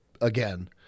again